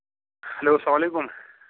hello سلام علیکُم